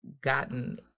gotten